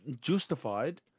Justified